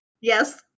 Yes